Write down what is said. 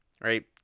Right